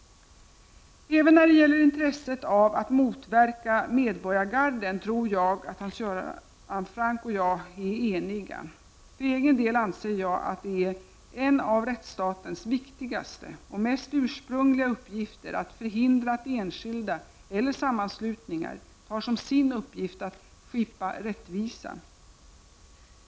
Även när det gäller intresset av att motverka medborgargarden tror jag att Hans Göran Franck och jag är eniga. För egen del anser jag att det är en av rättsstatens viktigaste och mest ursprungliga uppgifter att förhindra att enskilda eller sammanslutningar tar som sin uppgift att ”skipa rättvisa”.